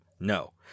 No